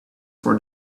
for